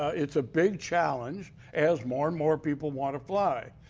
it's a big challenge as more and more people want to fly.